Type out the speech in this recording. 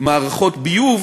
מערכות ביוב